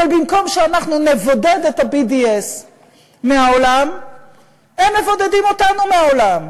אבל במקום שנבודד את ה-BDS מהעולם הם מבודדים אותנו מהעולם.